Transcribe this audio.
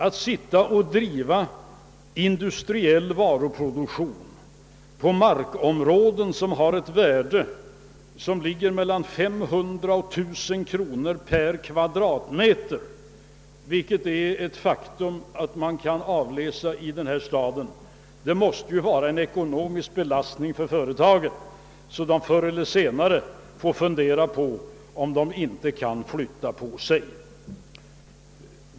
Att driva industriell varuproduktion på markområden som har ett värde som ligger mellan 500 och 1000 kronor per kvadratmeter, vilket faktiskt kan avläsas i denna stad, måste ju innebära en ekonomisk belastning för företagen, som gör att de förr eller senare får fundera på, om de inte kan flytta på sig.